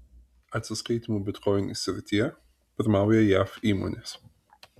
atsiskaitymų bitkoinais srityje pirmauja jav įmonės